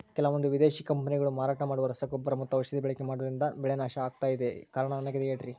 ಕೆಲವಂದು ವಿದೇಶಿ ಕಂಪನಿಗಳು ಮಾರಾಟ ಮಾಡುವ ರಸಗೊಬ್ಬರ ಮತ್ತು ಔಷಧಿ ಬಳಕೆ ಮಾಡೋದ್ರಿಂದ ಬೆಳೆ ನಾಶ ಆಗ್ತಾಇದೆ? ಕಾರಣ ನನಗೆ ಹೇಳ್ರಿ?